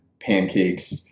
pancakes